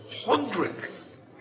hundreds